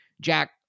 Jack